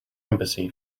embassy